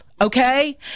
Okay